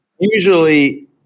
usually